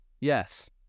Yes